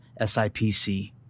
SIPC